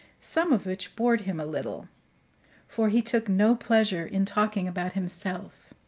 some of which bored him a little for he took no pleasure in talking about himself.